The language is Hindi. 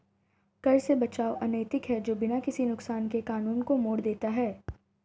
कर से बचाव अनैतिक है जो बिना किसी नुकसान के कानून को मोड़ देता है